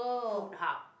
food hub